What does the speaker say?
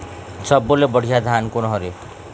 सब्बो ले बढ़िया धान कोन हर हे?